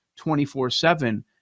24-7